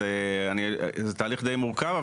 זה תהליך די מורכב,